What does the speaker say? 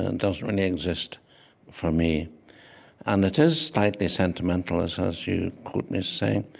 and doesn't really exist for me and it is slightly sentimental, as as you quote me saying.